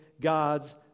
God's